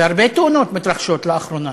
והרבה תאונות מתרחשות לאחרונה.